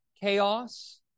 chaos